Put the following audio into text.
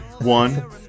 one